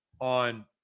on